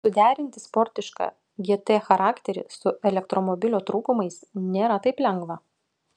suderinti sportišką gt charakterį su elektromobilio trūkumais nėra taip lengva